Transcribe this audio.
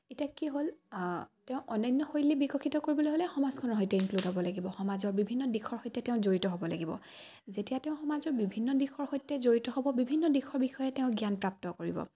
এতিয়া কি হ'ল তেওঁ অন্য়ান্য শৈলী বিকশিত কৰিবলৈ হ'লে সমাজখনৰ সৈতে ইনক্লুড হ'ব লাগিব সমাজৰ বিভিন্ন দিশৰ সৈতে তেওঁ জড়িত হ'ব লাগিব যেতিয়া তেওঁ সমাজৰ বিভিন্ন দিশৰ সৈতে জড়িত হ'ব বিভিন্ন দিশৰ বিষয়ে তেওঁ জ্ঞান প্ৰাপ্ত কৰিব